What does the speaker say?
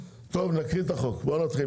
טוב, נקריא את החוק, בואו נתחיל.